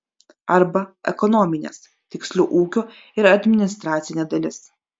arba ekonominės tiksliau ūkio ir administracinė dalis